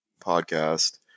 podcast